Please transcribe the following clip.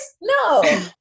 No